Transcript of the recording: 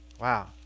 Wow